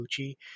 Gucci